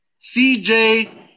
CJ